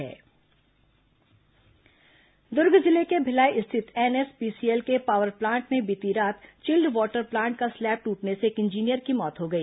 Bhilai power plant हादसा दुर्ग जिले के भिलाई स्थित एनएसपीसीएल के पावर प्लांट में बीती रात चिल्ड वाटर प्लांट का स्लैब ट्रटने से एक इंजीनियर की मौत हो गई